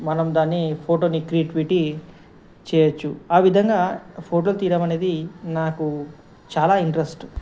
మనం దాన్ని ఫోటోని క్రియేటివిటీ చెయ్యొచ్చు ఆ విధంగా ఫోటోలు తీయడం అనేది నాకు చాలా ఇంట్రెస్ట్